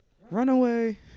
runaway